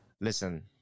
Listen